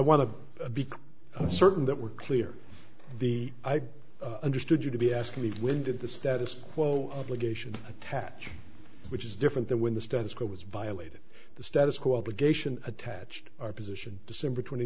want to do certain that were clear the i understood you to be asking me when did the status quo obligations attach which is different than when the status quo was violated the status quo obligation attached our position december twenty